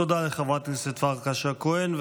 תודה לחברת הכנסת פרקש הכהן.